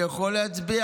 אני יכול להצביע.